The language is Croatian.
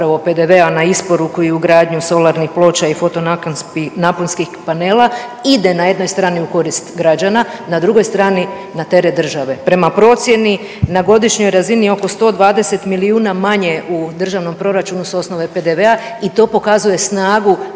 na godišnjoj razini oko 120 milijuna manje u državnom proračunu s osnove PDV-a i to pokazuje snagu